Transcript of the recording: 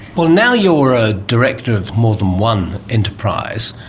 well, now you are a director of more than one enterprise,